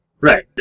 Right